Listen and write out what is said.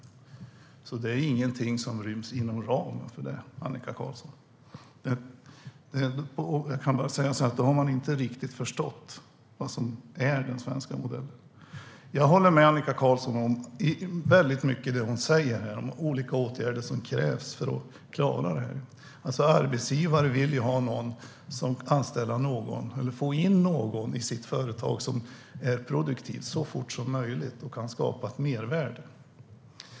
Det du säger, Annika Qarlsson, är ingenting som ryms inom ramen för det. Jag kan bara säga att då har man inte riktigt förstått vad som är den svenska modellen. Jag håller med Annika Qarlsson om väldigt mycket av det hon säger om olika åtgärder som krävs för att klara det här. Arbetsgivare vill ju anställa någon eller få in någon i sitt företag som är produktiv och så fort som möjligt kan skapa ett mervärde.